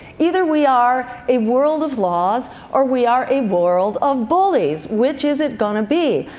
either we are a world of law or we are a world of pulleys. which is it going to be?